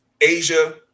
Asia